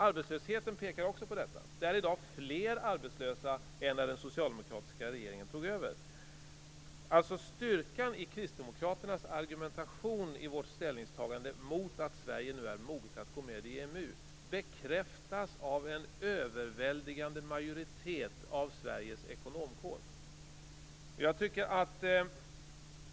Arbetslösheten pekar också på detta. Det är i dag fler arbetslösa än när den socialdemokratiska regeringen tog över. Styrkan i kristdemokraternas argumentation i vårt ställningtagande mot att Sverige nu är moget att gå med i EMU bekräftas av en överväldigande majoritet av Sveriges ekonomkår.